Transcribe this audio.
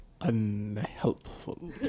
Unhelpful